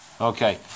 Okay